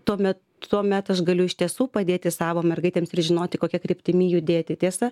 tuomet tuomet aš galiu iš tiesų padėti savo mergaitėms ir žinoti kokia kryptimi judėti tiesa